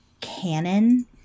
canon